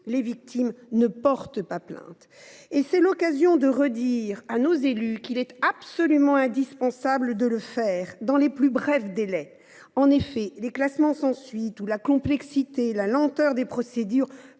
les victimes ne portent pas plainte. C’est l’occasion de redire à nos élus qu’il est absolument indispensable de le faire dans les plus brefs délais. En effet, les classements sans suite, la complexité ou la lenteur des procédures